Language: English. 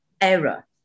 error